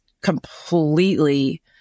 completely